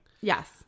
Yes